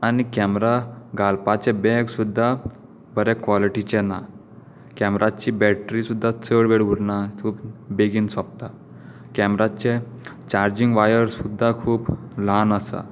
आनी केमेरा घालपाचें बॅग सुद्दां बरे कोलिटीचें ना केमेराची बेटरी सुद्दां चड वेळ उरना बेगीन सोंपता केमेराचें चार्जींग वायर सुद्दां खूब ल्हान आसा